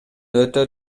өтө